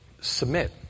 submit